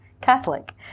Catholic